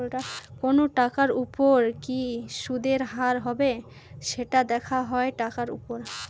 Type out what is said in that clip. কোনো টাকার উপর কি সুদের হার হবে, সেটা দেখা হয় টাকার উপর